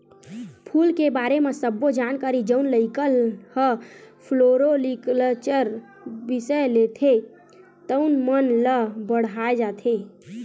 फूल के बारे म सब्बो जानकारी जउन लइका ह फ्लोरिकलचर बिसय लेथे तउन मन ल पड़हाय जाथे